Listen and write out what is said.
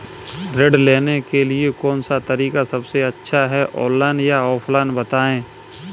ऋण लेने के लिए कौन सा तरीका सबसे अच्छा है ऑनलाइन या ऑफलाइन बताएँ?